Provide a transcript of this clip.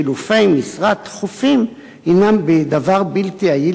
חילופי משרה תכופים הינם דבר בלתי יעיל,